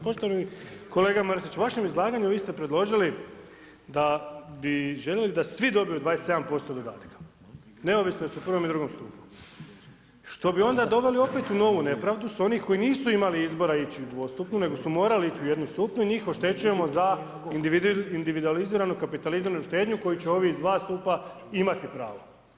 Poštovani kolega Mrsić, u vašem izlaganju vi ste predložili da bi željeli da svi dobiju 27% dodatka, neovisno jesu u I. ili II. stupu, što bi onda doveli opet u novu nepravdu s onih koji nisu imali izbora ići u dvostupnu, nego su morali ići u jednostupnu, i njih oštećujemo za individualiziranu kapitaliziranu štednju koju će ovi iz dva stupa, imati pravo.